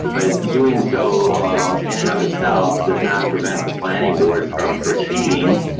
but doing so in and of itself does not prevent the planning board from proceeding